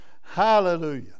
hallelujah